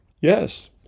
yes